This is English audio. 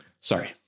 Sorry